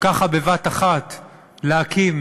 ככה בבת-אחת להקים